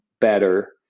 better